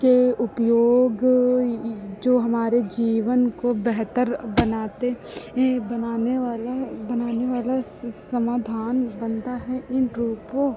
के उपयोग ये जो हमारे जीवन को बेहतर बनाते हैं बनाने वाला बनाने वाला समाधान बनता है इन रूपों